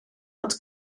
ond